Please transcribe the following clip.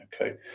Okay